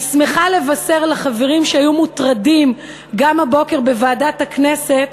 אני שמחה לבשר לחברים שהיו מוטרדים גם הבוקר בוועדת הכנסת,